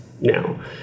now